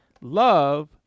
Love